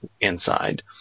inside